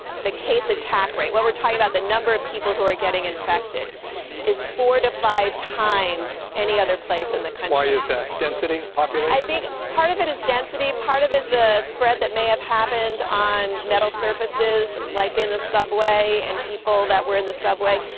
the case attack rate. what we're talking about, the number of people who are getting infected is four to five times any other place in the. kind of why is that density popular? i think part of it is density. part of is the spread that may have happened on metal surfaces like in the subway and people that were in the subway.